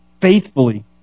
faithfully